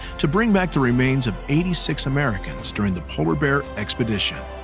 to bring back the remains of eighty six americans during the polar bear expedition.